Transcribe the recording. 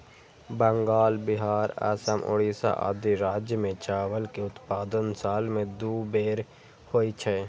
बंगाल, बिहार, असम, ओड़िशा आदि राज्य मे चावल के उत्पादन साल मे दू बेर होइ छै